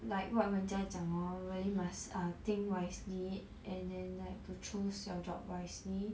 like what 人家 hor really must think wisely and then like to choose your job wisely